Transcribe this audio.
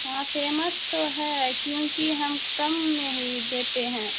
ہاں فیمس تو ہے کیونکہ ہم کم میں ہی دیتے ہیں